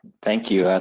thank you.